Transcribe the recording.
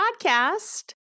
podcast